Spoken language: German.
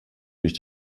durch